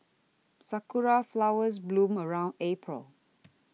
sakura flowers bloom around April